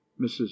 Mrs